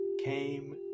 came